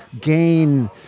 gain